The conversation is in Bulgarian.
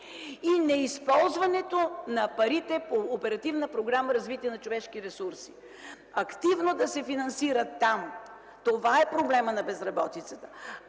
и неизползването на парите по Оперативна програма „Развитие на човешки ресурси”! Активно да се финансира там! Това е проблемът на безработицата.